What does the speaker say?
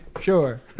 sure